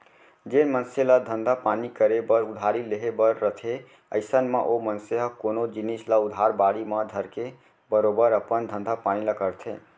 जेन मनसे ल धंधा पानी करे बर उधारी लेहे बर रथे अइसन म ओ मनसे ह कोनो जिनिस ल उधार बाड़ी म धरके बरोबर अपन धंधा पानी ल करथे